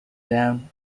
down